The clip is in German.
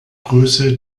größe